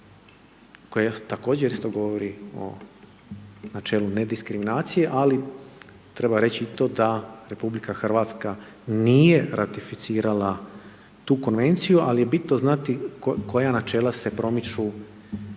koje također isto govori o načelu nediskriminacije ali treba reći i to da RH nije ratificirala tu Konvenciju ali je bitno znati koja načela se promiču